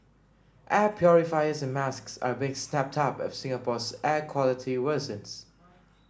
air purifiers and masks are being snapped up as Singapore's air quality worsens